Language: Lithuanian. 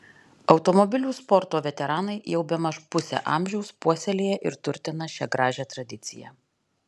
automobilių sporto veteranai jau bemaž pusę amžiaus puoselėja ir turtina šią gražią tradiciją